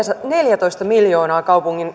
neljätoista miljoonaa